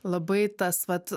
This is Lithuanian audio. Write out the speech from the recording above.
labai tas vat